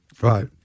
Right